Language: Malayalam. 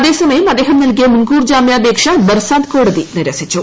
അതേസമയം അദ്ദേഹം നല്കിയ മുൻകൂർ ജാമ്യാപേക്ഷ ബർസാത് കോട്ടതി ്നിരസിച്ചു